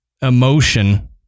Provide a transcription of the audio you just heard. emotion